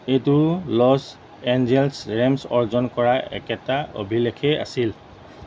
এইটো Los Angeles Rams অৰ্জন কৰা একেটা অভিলেখে আছিল